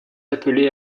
appelé